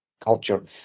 culture